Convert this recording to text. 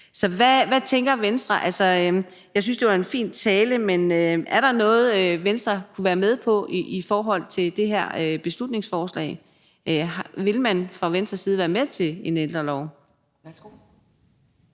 Så hvad tænker Venstre? Jeg synes, det var en fin tale, men er der noget, Venstre kunne være med på i forhold til det her beslutningsforslag? Vil man fra Venstres side være med til en ældrelov? Kl.